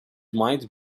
might